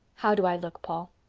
how do i look, paul?